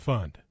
Fund